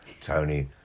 Tony